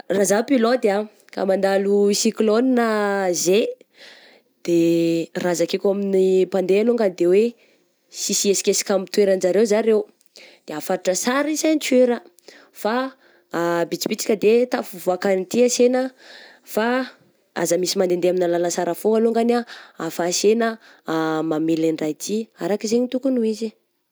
Raha zah pilote ah ka mandalo cyclone zay, de raha zakaiko amin'ny mpandeha alongany de hoe: sisy hiesikesika amin'ny toeran'ny zareo zareo, de afatotra sara i ceinture, fa bisibisika de tafavoaka an'ity ansena fa aza misy mandendeha amigna lalatsara foagna alongany ah ahafansena mamily an-draha ity araka izay tokogny ho izy.